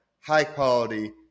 high-quality